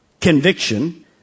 Conviction